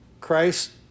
Christ